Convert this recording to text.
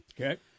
Okay